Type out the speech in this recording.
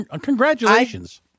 congratulations